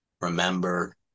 remember